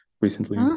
recently